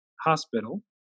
hospital